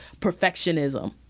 perfectionism